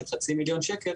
של חצי מיליון שקל,